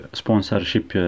sponsorship